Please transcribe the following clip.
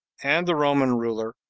and the roman ruler,